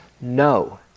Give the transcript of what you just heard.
no